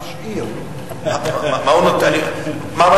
מה השאיר?